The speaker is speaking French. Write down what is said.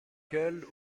elle